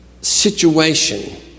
situation